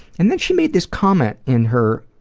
and then she made this comment in her